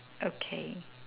okay